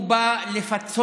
הוא בא לפצות